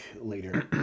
later